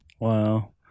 Wow